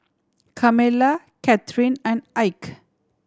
Carmella Kathrine and Ike